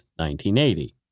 1980